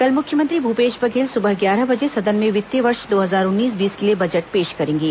कल मुख्यमंत्री भूपेश बघेल सुबह ग्यारह बजे सदन में वित्तीय वर्ष दो हजार उन्नीस बीस के लिए बजट पेश करेंगे